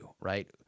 right